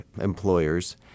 employers